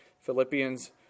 Philippians